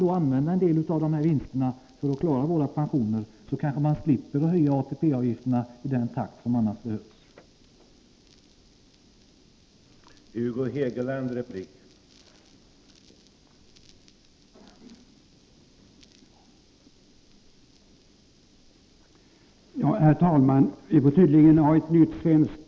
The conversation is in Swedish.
Om då en del av vinsterna kan användas till att klara pensionerna, slipper man kanske höja ATP-avgifterna i den takt som annars skulle behövas.